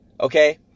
Okay